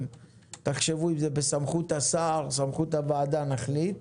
תחשבו אם זה בסמכות השר או בסמכות הוועדה ונחליט.